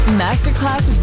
masterclass